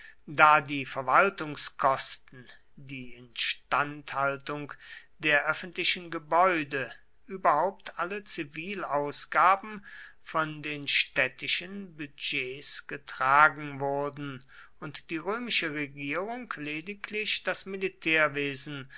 da die verwaltungskosten die instandhaltung der öffentlichen gebäude überhaupt alle zivilausgaben von den städtischen budgets getragen wurden und die römische regierung lediglich das